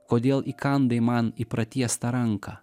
kodėl įkandai man į pratiestą ranką